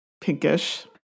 pinkish